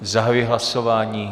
Zahajuji hlasování.